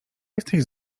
jesteś